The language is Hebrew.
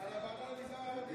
זה על הוועדה למגזר הערבי.